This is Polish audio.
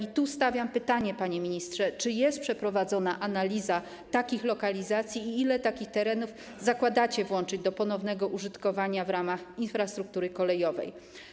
I tu stawiam pytanie, panie ministrze: Czy jest przeprowadzona analiza takich lokalizacji i ile takich terenów chcecie włączyć do ponownego użytkowania w ramach infrastruktury kolejowej?